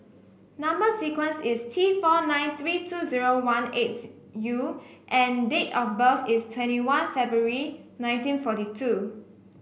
number sequence is T four nine three two zero one eighth U and date of birth is twenty one February nineteen forty two